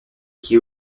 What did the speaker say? qui